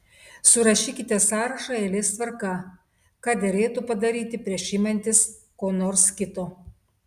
surašykite sąrašą eilės tvarka ką derėtų padaryti prieš imantis ko nors kito